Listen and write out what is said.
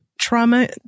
trauma